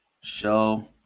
Show